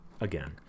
again